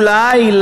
אולי,